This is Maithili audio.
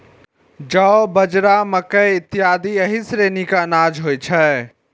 जौ, बाजरा, मकइ इत्यादि एहि श्रेणी के अनाज होइ छै